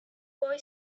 boy